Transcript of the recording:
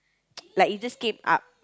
like it just came up